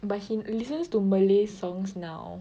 but he listens to Malay songs now